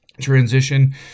transition